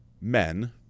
men